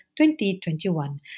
2021